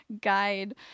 guide